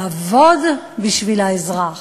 לעבוד בשביל האזרח.